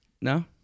No